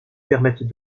permettent